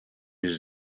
his